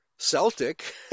Celtic